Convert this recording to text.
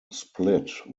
split